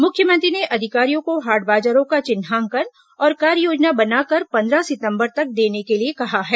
मुख्यमंत्री ने अधिकारियों को हाट बाजारों का चिन्हांकन और कार्ययोजना बनाकर पद्रंह सितंबर तक देने के लिए कहा है